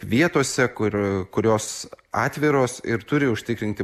vietose kur kurios atviros ir turi užtikrinti